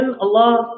Allah